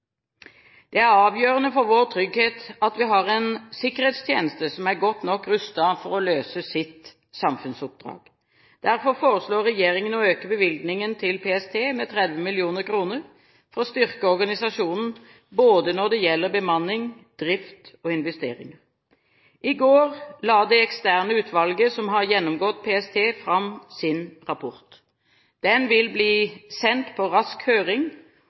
Det er avgjørende for vår trygghet at vi har en sikkerhetstjeneste som er godt nok rustet for å løse sitt samfunnsoppdrag. Derfor foreslår regjeringen å øke bevilgningen til PST med 30 mill. kr for å styrke organisasjonen både når det gjelder bemanning, drift og investeringer. I går la det eksterne utvalget som har gjennomgått PST, fram sin rapport. Den vil bli sendt på rask høring,